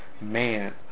man